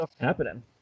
happening